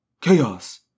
Chaos